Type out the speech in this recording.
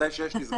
מתי שיש תסגרו.